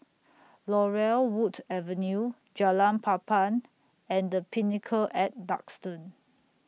Laurel Wood Avenue Jalan Papan and The Pinnacle At Duxton